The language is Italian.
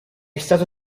stato